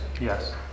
Yes